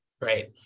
Great